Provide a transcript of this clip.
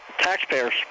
Taxpayers